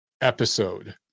episode